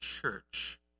church